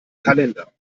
kalender